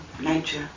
nature